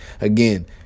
Again